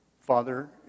Father